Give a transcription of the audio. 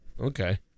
Okay